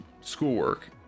Schoolwork